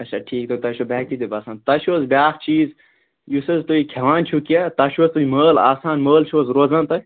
اچھا ٹھیٖک تہٕ تۄہہِ چھَو بےٚ ہٮ۪کتی تہِ باسان تۄہہِ چھُو حظ بیاکھ چیٖز یُس حظ تُہۍ کھیٚوان چھُو کیٚنہہ تَتھ چھُو حظ توہہِ مٲل آسان مٲل چھُو حظ روزان تۄہہِ